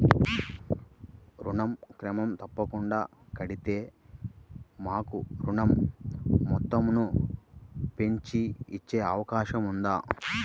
ఋణం క్రమం తప్పకుండా కడితే మాకు ఋణం మొత్తంను పెంచి ఇచ్చే అవకాశం ఉందా?